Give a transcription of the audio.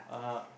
(uh huh)